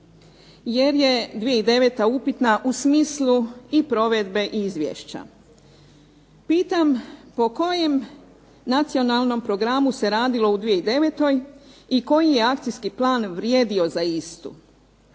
jer je 2009. upitna u smislu i provedbe i izvješća. Pitam po kojem Nacionalnom programu se radilo u 2009. i koji je akcijski plan vrijedio za istu?